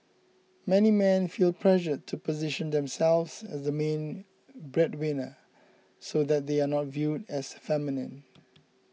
many men feel pressured to position themselves as the main breadwinner so that they are not viewed as feminine